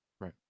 Right